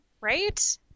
right